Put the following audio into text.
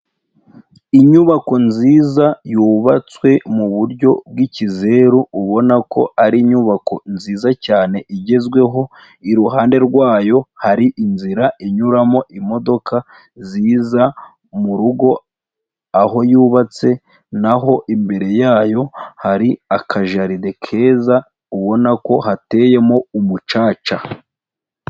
Inyubako nziza yubatswe mu buryo bw'ikizeru, ubona ko ari inyubako nziza cyane igezweho, iruhande rwayo hari inzira inyuramo imodoka ziza mu rugo aho yubatse, na ho imbere yayo hari akajaride keza ubona ko hateyemo umucaca.